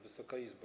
Wysoka Izbo!